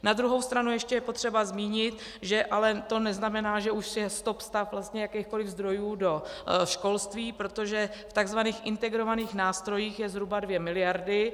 Na druhou stranu ještě je potřeba zmínit, že ale to neznamená, že už je stopstav vlastně jakýchkoliv zdrojů do školství, protože v takzvaných integrovaných nástrojích jsou zhruba 2 miliardy.